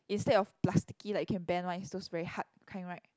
instead of plasticky like can bend one is those very hard kind right